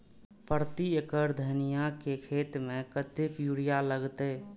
प्रति एकड़ धनिया के खेत में कतेक यूरिया लगते?